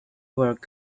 worked